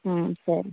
ம் சரி